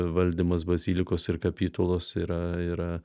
valdymas bazilikos ir kapitulos yra yra